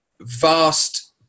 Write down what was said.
vast